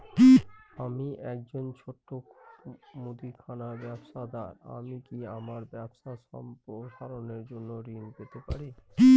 আমি একজন ছোট মুদিখানা ব্যবসাদার আমি কি আমার ব্যবসা সম্প্রসারণের জন্য ঋণ পেতে পারি?